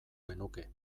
genuke